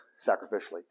sacrificially